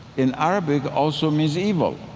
in arabic, also means evil.